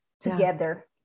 together